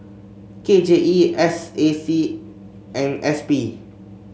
K J E S A C and S P